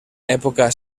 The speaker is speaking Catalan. època